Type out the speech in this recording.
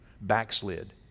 backslid